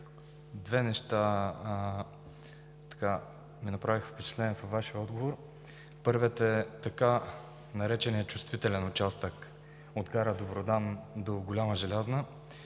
Две неща ми направиха впечатление във Вашия отговор. Първият е така нареченият „чувствителен участък“ от гара Добродан до Голяма Желязна.